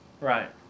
right